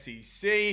SEC